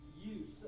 use